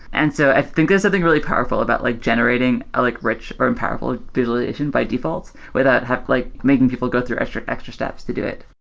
and so i think there's something really powerful about like generating a like rich or and powerful visualization by default without like making people go through extra extra steps to do it.